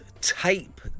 Tape